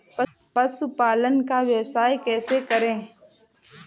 पशुपालन का व्यवसाय कैसे करें?